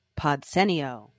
Podsenio